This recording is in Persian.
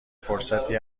فرصتی